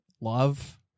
love